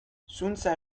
zuntza